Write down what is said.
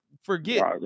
forget